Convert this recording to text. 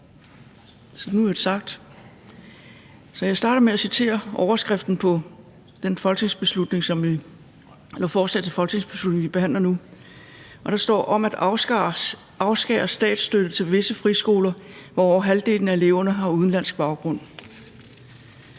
Jeg starter med at citere overskriften på det forslag til folketingsbeslutning, som vi behandler nu. Der står: »om at afskære statsstøtte til visse friskoler, hvor over halvdelen af eleverne har udenlandsk baggrund«.